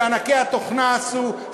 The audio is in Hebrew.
שענקי התוכנה עשו,